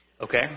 Okay